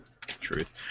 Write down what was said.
Truth